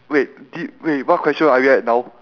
wait did wait what question are you at now